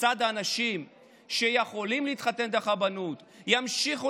כיצד האנשים שיכולים להתחתן ברבנות ימשיכו